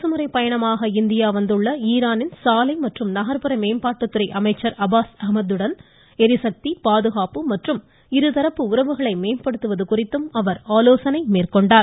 அரசுமுறைப் பயணமாக இந்தியா வந்துள்ள ஈரான் சாலை மற்றும் நகர்ப்புற மேம்பாட்டு துறை அமைச்சர் அப்பாஸ் அஹமத்துடன் ளிசக்தி பாதுகாப்பு மற்றும் இருதரப்பு உறவுகளை மேம்படுத்துவது குறித்தும் அவர் ஆலோசனை மேற்கொண்டார்